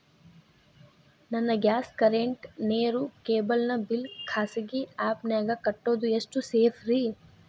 ನನ್ನ gas current, ನೇರು, cable ನ ಬಿಲ್ ಖಾಸಗಿ ಆ್ಯಪ್ ನ್ಯಾಗ್ ಕಟ್ಟೋದು ಎಷ್ಟು ಸೇಫ್ರಿ?